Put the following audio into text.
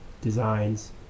designs